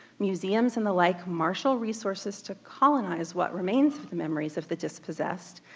museums, and the like martial resources to colonize what remains of the memories of the dispossessed,